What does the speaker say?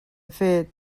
fet